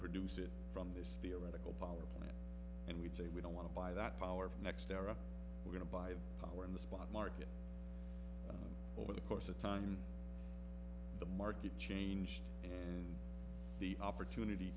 produce it from this theoretical power plant and we'd say we don't want to buy that power of next era we're going to buy power in the spot market over the course of time the market changed and the opportunity